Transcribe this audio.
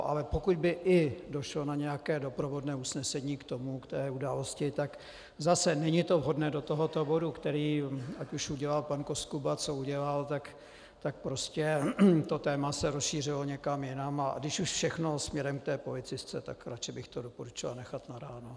Ale pokud by i došlo na nějaké doprovodné usnesení k tomu, k té události, tak zase není to vhodné do tohoto bodu, který, ať už udělal pan Koskuba co udělal, tak prostě to téma se rozšířilo někam jinam, a když už všechno směrem k té policistce, tak radši bych to doporučoval nechat na ráno.